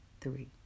three